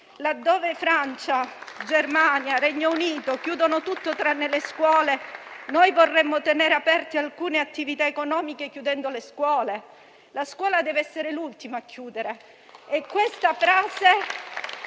Laddove Francia, Germania e Regno Unito chiudono tutto tranne le scuole, noi vorremmo tenere aperte alcune attività economiche chiudendo le scuole? La scuola deve essere l'ultima a chiudere.